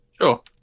Sure